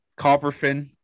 Copperfin